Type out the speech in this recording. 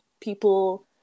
people